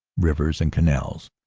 rivers and canals,